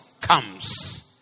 comes